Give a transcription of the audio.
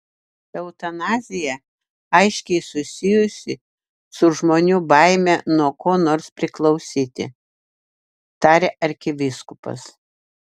eutanazija aiškiai susijusi su žmonių baime nuo ko nors priklausyti tarė arkivyskupas